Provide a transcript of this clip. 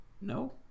No